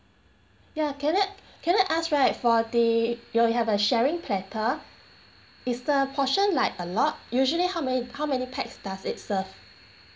ya can I can I ask right for the you have a sharing platter is the portion like a lot usually how many how many pax does it serve